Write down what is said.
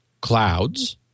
clouds